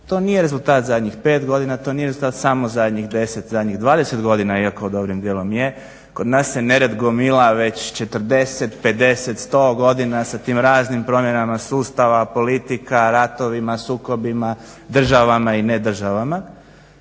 to nije rezultat zadnjih 5 godina, to nije rezultat samo zadnjih 10, zadnjih 20 godina iako dobrim dijelom je, kod nas se nered gomila već 40, 50, 100 godina sa tim raznim promjenama sustava, politika, ratovima, sukobima, državama i nedržavama